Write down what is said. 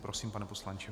Prosím, pane poslanče.